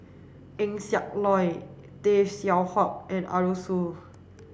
Eng Siak Loy Tay Seow Huah and Arasu